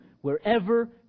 wherever